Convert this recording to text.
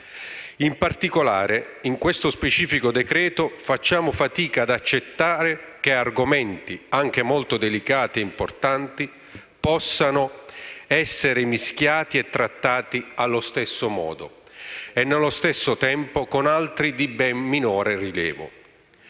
In particolare, in questo specifico decreto-legge, facciamo fatica ad accettare che argomenti anche molto delicati e importanti possano essere mischiati e trattati allo stesso modo e nello stesso tempo con altri di ben minore rilievo.